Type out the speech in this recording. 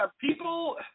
people